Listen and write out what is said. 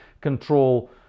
control